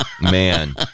man